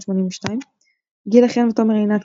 1982. גילה חן ותומר עינת,